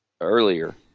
earlier